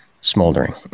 smoldering